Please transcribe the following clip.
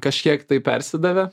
kažkiek tai persidavė